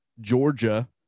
Georgia